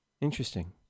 Interesting